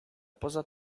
poza